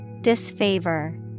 disfavor